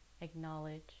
Acknowledge